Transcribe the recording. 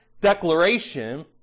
Declaration